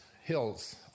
Hills